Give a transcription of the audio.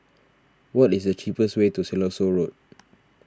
what is the cheapest way to Siloso Road